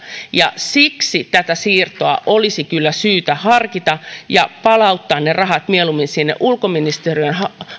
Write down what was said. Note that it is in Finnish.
siksi tätä siirtoa olisi kyllä syytä harkita ja palauttaa ne rahat mieluummin sinne ulkoministeriön